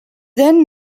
then